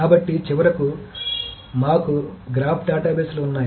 కాబట్టి చివరకు మాకు గ్రాఫ్ డేటాబేస్లు ఉన్నాయి